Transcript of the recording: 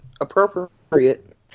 appropriate